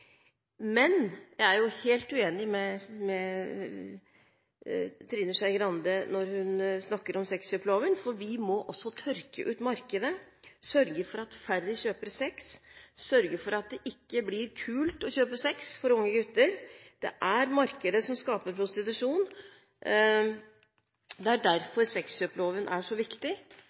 Men jeg er helt uenig med Trine Skei Grande når hun snakker om sexkjøploven, for vi må også tørke ut markedet, sørge for at færre kjøper sex, sørge for at det ikke blir kult for unge gutter å kjøpe sex. Det er markedet som skaper prostitusjon. Det er derfor sexkjøploven er så viktig.